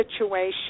situation